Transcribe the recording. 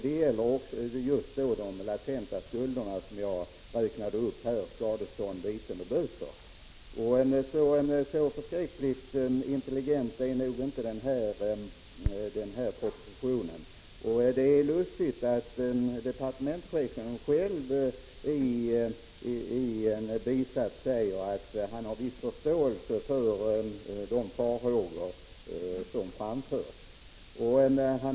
Det gäller just de latenta skulder som jag räknade upp här — skadestånd, viten och böter. Så förskräckligt intelligent är nog inte den här propositionen. Det är lustigt att departementschefen själv i en bisats säger att han har viss förståelse för de farhågor som framförts.